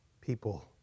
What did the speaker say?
people